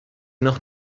noch